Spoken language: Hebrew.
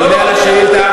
אני עונה על השאילתה,